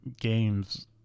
games